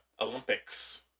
Olympics